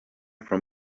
from